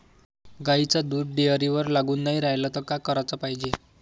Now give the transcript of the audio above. गाईचं दूध डेअरीवर लागून नाई रायलं त का कराच पायजे?